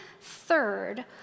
third